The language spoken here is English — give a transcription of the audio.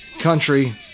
country